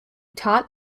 taught